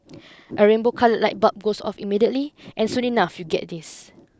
a rainbow coloured light bulb goes off immediately and soon enough you get this